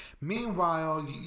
Meanwhile